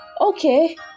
okay